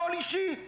הכול אישי.